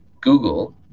Google